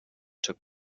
took